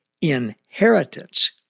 inheritance